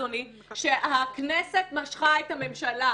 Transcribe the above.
שהכנסת משכה את הממשלה.